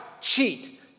cheat